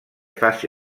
faci